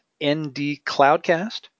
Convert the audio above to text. ndcloudcast